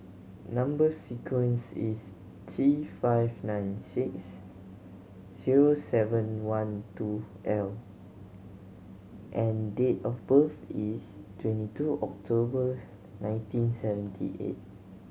number sequence is T five nine six zero seven one two L and date of birth is twenty two October nineteen seventy eight